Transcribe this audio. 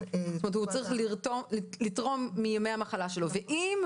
--- זאת אומרת הוא צריך לתרום מימי המחלה שלו ואם,